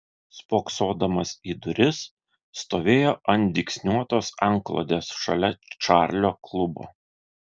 spoksodamas į duris stovėjo ant dygsniuotos antklodės šalia čarlio klubo